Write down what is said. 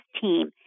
team